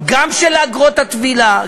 גם של אגרות הטבילה,